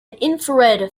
infrared